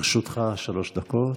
לרשותך שלוש דקות,